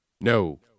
No